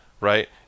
right